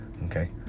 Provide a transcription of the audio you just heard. Okay